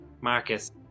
Marcus